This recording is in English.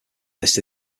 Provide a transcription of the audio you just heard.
listed